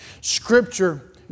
Scripture